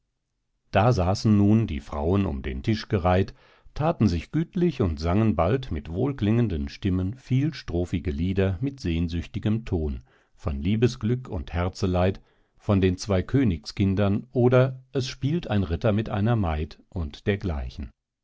da saßen nun die frauen um den tisch gereiht taten sich gütlich und sangen bald mit wohlklingenden stimmen vielstrophige lieder mit sehnsüchtigem ton von liebesglück und herzeleid von den zwei königskindern oder es spielt ein ritter mit einer maid und dergleichen